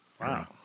Wow